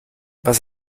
was